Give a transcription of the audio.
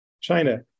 China